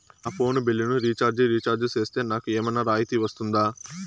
నా ఫోను బిల్లును recharge recharge సేస్తే, నాకు ఏమన్నా రాయితీ వస్తుందా?